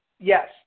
Yes